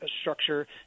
structure